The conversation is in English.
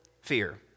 fear